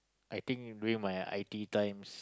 I think during my I_T times